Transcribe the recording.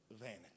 vanity